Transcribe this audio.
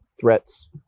threats